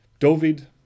Dovid